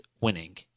winning